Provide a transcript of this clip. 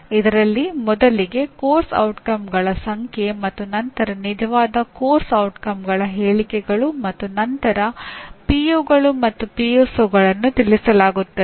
ಇದರಲ್ಲಿ ಮೊದಲಿಗೆ ಪಠ್ಯಕ್ರಮದ ಪರಿಣಾಮಗಳ ಸಂಖ್ಯೆ ಮತ್ತು ನಂತರ ನಿಜವಾದ ಪಠ್ಯಕ್ರಮದ ಪರಿಣಾಮಗಳ ಹೇಳಿಕೆಗಳು ಮತ್ತು ನಂತರ ಪಿಒಗಳು ತಿಳಿಸಲಾಗುತ್ತದೆ